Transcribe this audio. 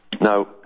Now